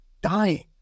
dying